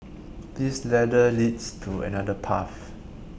this ladder leads to another path